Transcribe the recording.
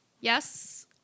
yes